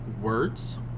words